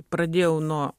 pradėjau nuo